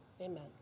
amen